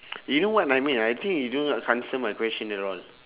you know what I mean I think you do not answer my question at all